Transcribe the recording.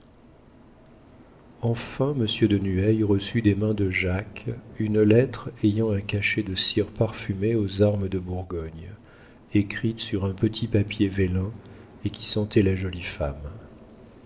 monsieur de nueil reçut des mains de jacques une lettre ayant un cachet de cire parfumée aux armes de bourgogne écrite sur un petit papier vélin et qui sentait la jolie femme